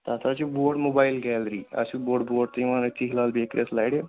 تَتھ حظ چھِ بوٚڈ موبایل گیلری اَتھ چھِ بوٚڈ بوڈ تہِ یِوان أتھی ہِلال بیکرِیَس لَرِ